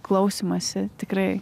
klausymąsi tikrai